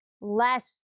less